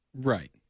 Right